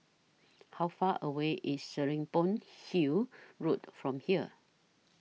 How Far away IS Serapong Hill Road from here